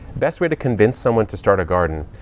best way to convince someone to start a garden.